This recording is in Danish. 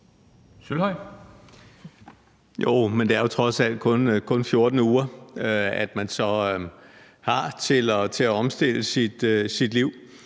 Sølvhøj (EL): Jo, men det er jo trods alt kun 14 uger, man så har til at omstille sit liv.